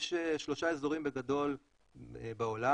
יש שלושה אזורים בגדול בעולם,